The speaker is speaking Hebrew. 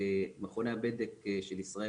90% ממכוני הבדק של ישראל,